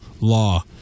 law